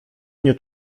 nie